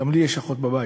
גם לי יש אחות בבית.